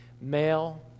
male